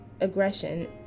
aggression